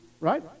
right